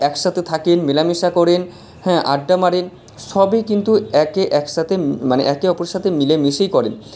একসাথে থাকেন মেলামেশা করেন হ্যাঁ আড্ডা মারেন সবই কিন্তু একে একসাথে মানে একে অপরের সাথে মিলেমিশেই করেন